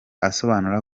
asobanura